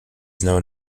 known